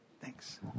Thanks